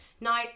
Now